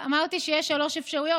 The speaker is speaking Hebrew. אמרתי שיש שלוש אפשרויות,